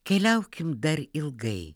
keliaukim dar ilgai